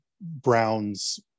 Brown's